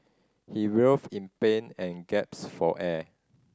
he writhed in pain and gaps for air